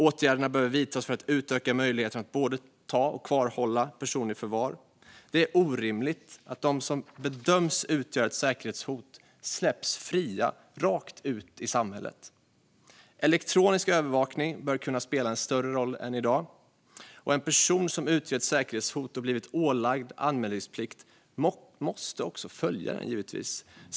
Åtgärder behöver vidtas för att utöka möjligheterna att både ta och kvarhålla personer i förvar. Det är orimligt att de som bedöms utgöra säkerhetshot släpps fria rakt ut i samhället. Elektronisk övervakning bör kunna spela en större roll än i dag. En person som utgör ett säkerhetshot och blivit ålagd anmälningsplikt måste också följa den.